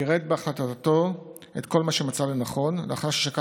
פירט בהחלטתו את כל מה שמצא לנכון לאחר ששקל